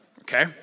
okay